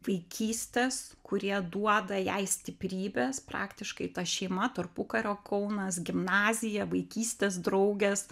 vaikystės kurie duoda jai stiprybės praktiškai ta šeima tarpukario kaunas gimnazija vaikystės draugės